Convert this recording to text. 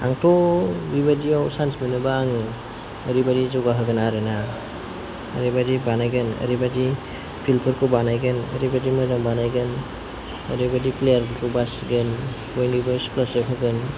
आंथ' बिबायदियाव चान्स मोनोब्ला आङो ओरैबायदि जौगा होगोन आरो ना ओरैबायदि बानायगोन ओरैबायदि फिल्डफोरखौ बानायगोन ओरैबायदि मोजां बानायगोन ओरैबायदि प्लेयारफोरखौ बासिगोन ओरैबायदि क्लास होगोन